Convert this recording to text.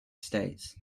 states